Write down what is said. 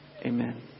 Amen